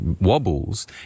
wobbles